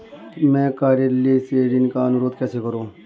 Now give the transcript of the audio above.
मैं कार्यालय से ऋण का अनुरोध कैसे करूँ?